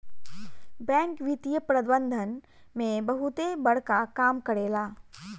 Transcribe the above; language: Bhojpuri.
बैंक वित्तीय प्रबंधन में बहुते बड़का काम करेला